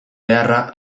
beharra